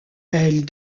elle